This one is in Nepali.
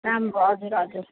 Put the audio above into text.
राम्रो हजुर हजुर